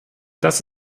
das